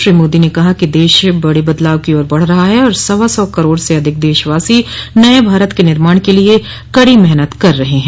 श्री मोदी ने कहा कि देश बड़े बदलाव की ओर बढ़ रहा है और सवा सौ करोड़ से अधिक देशवासी नये भारत के निर्माण के लिए कड़ी मेहनत कर रहे हैं